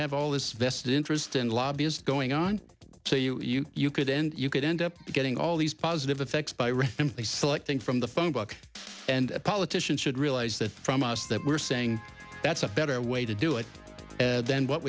have all this vested interest in lobbyist going on so you you you could end you could end up getting all these positive effects by rick in place selecting from the phone book and politicians should realize that from us that we're saying that's a better way to do it than what